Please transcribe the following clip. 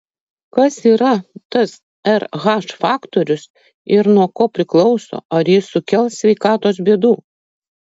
kas yra tas rh faktorius ir nuo ko priklauso ar jis sukels sveikatos bėdų